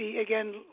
again